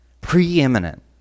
preeminent